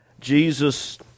Jesus